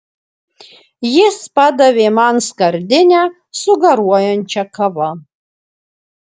jis padavė man skardinę su garuojančia kava